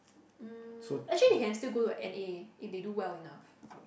um actually they can still go to N_A if they do well enough